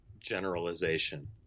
generalization